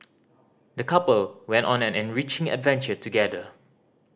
the couple went on an enriching adventure together